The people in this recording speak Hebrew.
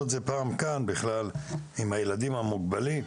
את זה פעם כאן בכלל עם הילדים המוגבלים,